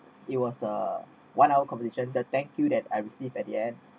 it was a one hour conversation the thank you that I received at the end